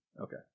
Okay